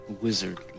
Wizard